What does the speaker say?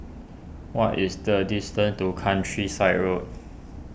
what is the distance to Countryside Road